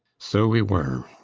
so we were.